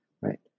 right